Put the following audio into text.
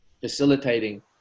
facilitating